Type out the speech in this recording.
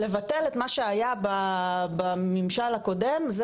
לבטל את מה שהיה בממשל הקודם,